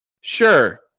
Sure